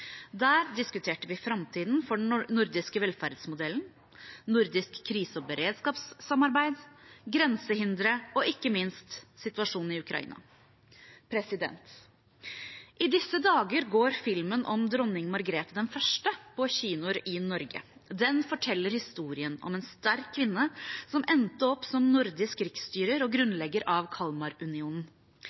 Der diskuterte vi framtiden for den nordiske velferdsmodellen, nordisk krise- og beredskapssamarbeid, grensehindre og ikke minst situasjonen i Ukraina. I disse dager går filmen om dronning Margrete I på kinoer i Norge. Den forteller historien om en sterk kvinne som endte opp som nordisk riksstyrer og grunnlegger av Kalmarunionen.